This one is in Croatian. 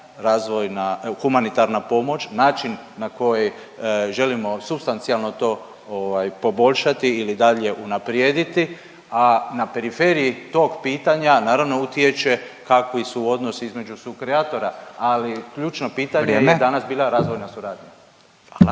humanitarna pomoć, način na koji želimo supstancijalno to ovaj, poboljšati ili dalje unaprijediti, a na periferiji tog pitanja, naravno utječe, kakvi su odnosi između sukreatora, ali ključno pitanje … .../Upadica: Vrijeme./...